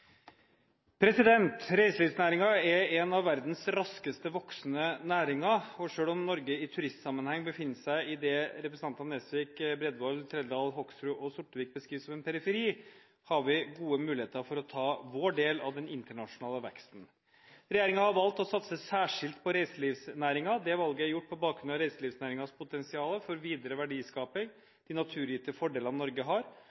er en av verdens raskest voksende næringer. Selv om Norge i turistsammenheng befinner seg i det representantene Nesvik, Bredvold, Trældal, Hoksrud og Sortevik beskriver som en periferi, har vi gode muligheter for å ta vår del av den internasjonale veksten. Regjeringen har valgt å satse særskilt på reiselivsnæringen. Det valget er gjort på bakgrunn av reiselivsnæringens potensial for videre verdiskaping, de naturgitte fordelene Norge har